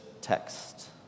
text